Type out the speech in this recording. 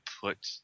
put